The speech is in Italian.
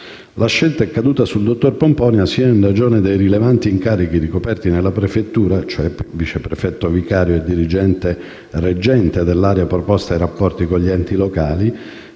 La scelta è caduta sul dottor Pomponio sia in ragione dei rilevanti incarichi ricoperti nella prefettura, cioè vice prefetto vicario e dirigente reggente dell'area preposta ai rapporti con gli enti locali,